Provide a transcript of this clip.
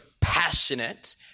passionate